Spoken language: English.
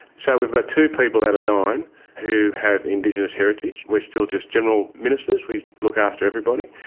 so we've got two people out of nine who have indigenous heritage. we're still just general ministers, we look after everybody.